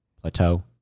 plateau